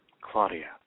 Claudia